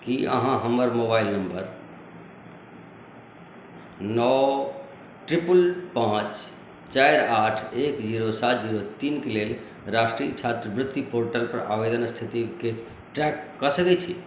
की अहाँ हमर mobile number नओ ट्रिपल पांच चारि आठ एक जीरो सात जीरो तीन के लेल राष्ट्रिय छात्रवृति पोर्टल पर आवेदन स्थितिके ट्रैक कऽ सकैत छी